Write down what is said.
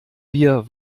wir